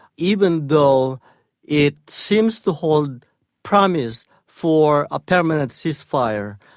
even though it seems to hold promise for a permanent cease-fire.